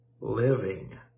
Living